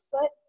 foot